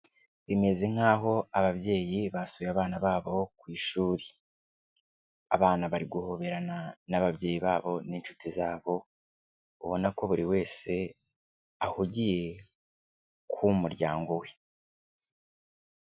Bimeze nkaho ababyeyi basuye abana babo ku ishuri. Abana bari guhoberana n'ababyeyi babo n'inshuti zabo, ubona ko buri wese ahugiye ku muryango we.